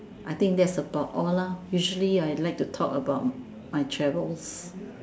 I think that's about all lah usually I like to talk about my travels